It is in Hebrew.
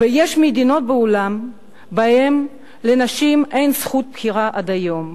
ויש מדינות בעולם שבהן לנשים אין זכות בחירה עד היום.